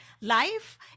life